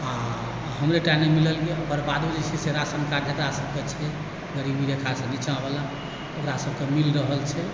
आओर हमरे टा नहि मिलल यऽ ओकर बादो जे छै से राशन कार्ड जकरा सबके छै गरीबी रेखासँ नीचावला ओकरा सबकेँ मिलि रहल छै